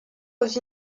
aux